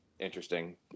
Interesting